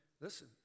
listen